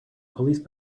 police